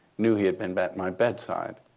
knew he had been at my bedside.